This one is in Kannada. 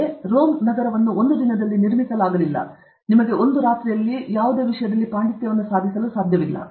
ಆದ್ದರಿಂದ ರೋಮ್ ಅನ್ನು ಒಂದು ದಿನದಲ್ಲಿ ನಿರ್ಮಿಸಲಾಗಲಿಲ್ಲ ನಿಮಗೆ ಈ ರಾತ್ರಿ ಸಾಧಿಸಲು ಸಾಧ್ಯವಿಲ್ಲ